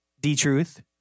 D-Truth